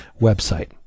website